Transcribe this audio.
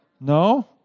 No